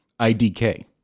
IDK